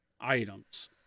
items